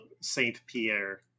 Saint-Pierre